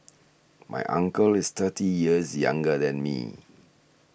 my uncle is thirty years younger than me